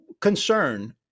concern